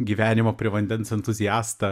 gyvenimo prie vandens entuziastą